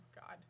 god